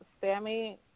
Sammy